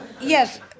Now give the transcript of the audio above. yes